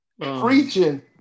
preaching